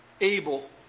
Abel